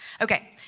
Okay